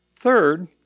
Third